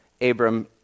Abram